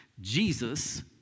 Jesus